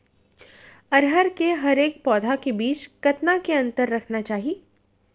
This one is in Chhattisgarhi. अरहर के हरेक पौधा के बीच कतना के अंतर रखना चाही?